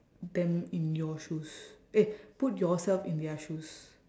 them in your shoes eh put yourself in their shoes